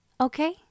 Okay